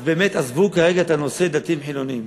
אז באמת עזבו כרגע את הנושא דתיים חילונים.